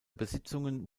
besitzungen